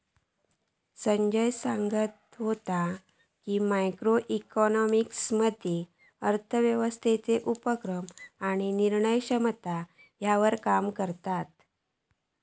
संजय सांगत व्हतो की, मॅक्रो इकॉनॉमिक्स मध्ये अर्थव्यवस्थेचे उपक्रम आणि निर्णय क्षमता ह्यांच्यावर काम करतत